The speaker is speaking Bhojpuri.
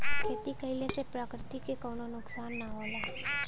खेती कइले से प्रकृति के कउनो नुकसान ना होला